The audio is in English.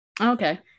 Okay